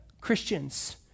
Christians